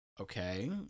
Okay